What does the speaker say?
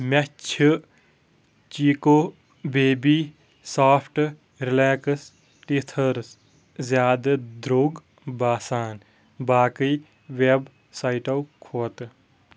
مےٚ چھ Chicco baby soft relax teethers زیادٕ درٛوٚگ باسان باقی ویب سایٹو کھۄتہٕ